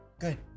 good